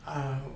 啊